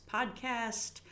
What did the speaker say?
Podcast